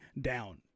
down